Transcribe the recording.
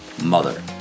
mother